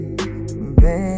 Baby